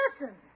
listen